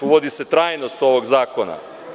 Uvodi se trajnost ovog zakona.